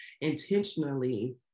intentionally